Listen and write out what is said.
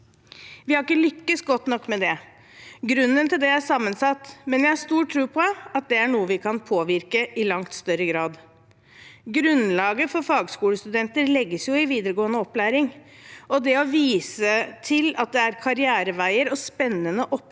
Vi har ikke lykkes godt nok med det. Grunnen til det er sammensatt, men jeg har stor tro på at det er noe vi kan påvirke i langt større grad. Grunnlaget for flere fagskolestudenter legges jo i videregående opplæring, og det å vise til at det er karriereveier og spennende oppgaver